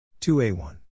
2a1